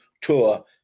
tour